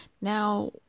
Now